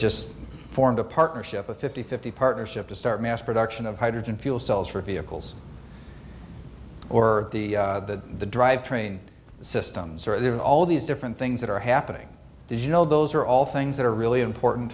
just formed a partnership a fifty fifty partnership to start mass production of hydrogen fuel cells for vehicles or the the drive train systems or even all these different things that are happening as you know those are all things that are really important